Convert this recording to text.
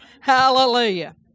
Hallelujah